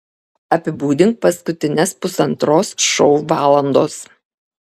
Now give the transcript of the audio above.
apibūdink paskutines pusantros šou valandos